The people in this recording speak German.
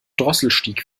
drosselstieg